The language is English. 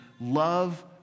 love